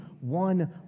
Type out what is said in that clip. one